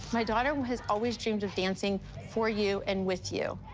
my daughter has always dreamed of dancing for you and with you.